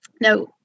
Now